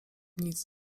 nic